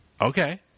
Okay